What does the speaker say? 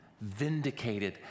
vindicated